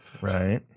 right